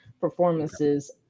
performances